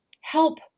help